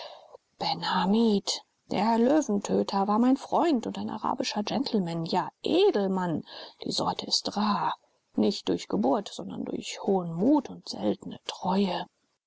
ben hamid der löwentöter war mein freund und ein arabischer gentleman ja edelmann die sorte ist rar nicht durch geburt sondern durch hohen mut und seltene treue